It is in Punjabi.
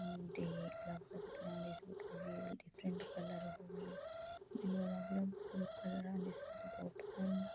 ਤੇ ਅਲੱਗ ਅਲੱਗ ਤਰਾਂ ਦੇ ਸੂਟ ਹੋਗੇ ਡਿਫਰੈਂਟ ਕਲਰ ਹੋਗੇ ਮੈਨੂੰ ਅਲੱਗ ਅਲੱਗ ਕਲਰਾਂ ਦੇ ਸੂਟ ਬਹੁਤ ਪਸੰਦ ਆ